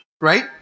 right